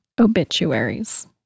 obituaries